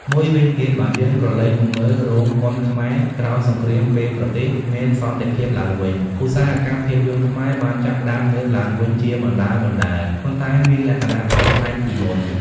មួយវិញទៀតបើយើងក្រឡេកមកមើល រោងកុនខ្មែរក្រោយសង្គ្រាមពេលប្រទេសមានសន្តិភាពឡើងវិញ ឧស្សាហកម្មភាពយន្តខ្មែរបានចាប់ផ្ដើមងើបឡើងវិញជាបណ្ដើរៗ ប៉ុន្តែមានលក្ខណៈខុសប្លែកពីមុន។